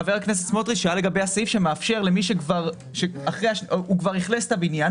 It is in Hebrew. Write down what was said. חבר הכנסת סמוטריץ' שלא לגבי הסעיף שמאפשר למי שכבר אכלס את הבניין,